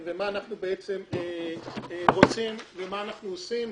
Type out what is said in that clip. מה אנחנו בעצם רוצים ומה אנחנו עושים.